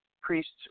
priests